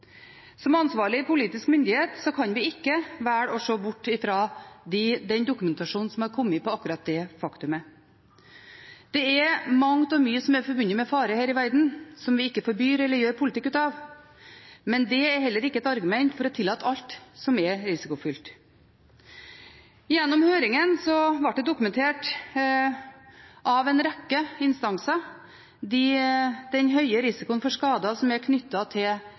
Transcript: Som ansvarlig politisk myndighet kan vi ikke velge å se bort fra den dokumentasjonen som er kommet av akkurat det faktumet. Det er mangt og mye som er forbundet med fare her i verden, som vi ikke forbyr eller gjør politikk ut av. Men det er heller ikke et argument for å tillate alt som er risikofylt. Gjennom høringen ble det av en rekke instanser dokumentert den høye risikoen for skader som er knyttet til